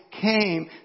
came